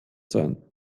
sein